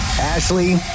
Ashley